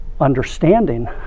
understanding